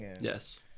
Yes